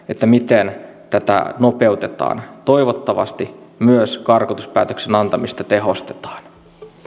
miten tätä nopeutetaan ja toivottavasti myös karkotuspäätöksen antamista tehostetaan